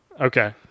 Okay